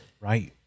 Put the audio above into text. right